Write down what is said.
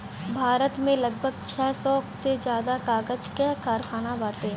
भारत में लगभग छह सौ से ज्यादा कागज कअ कारखाना बाटे